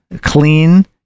clean